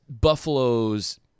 Buffalo's